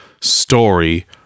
story